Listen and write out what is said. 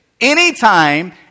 anytime